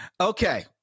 Okay